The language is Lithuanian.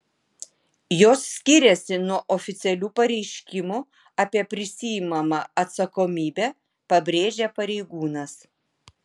jos skiriasi nuo oficialių pareiškimų apie prisiimamą atsakomybę pabrėžė pareigūnas